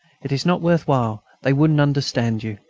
it is not worth while they wouldn't understand you.